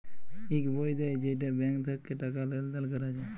ইক বই দেয় যেইটা ব্যাঙ্ক থাক্যে টাকা লেলদেল ক্যরা যায়